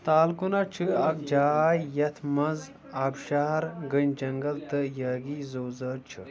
تالکونا چھِ اکھ جاے یتھ منٛز آبشار گٔنۍ جنگل تہٕ یٲگی زُو ذٲژ چھِ